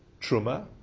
Truma